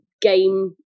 game